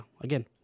again